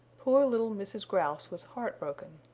poor little mrs. grouse was heart-broken.